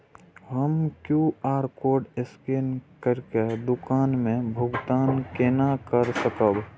हम QR code scan करके दुकान में भुगतान केना कर सकब?